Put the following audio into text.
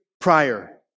prior